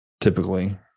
Typically